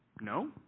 No